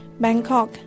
Bangkok